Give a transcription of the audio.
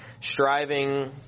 striving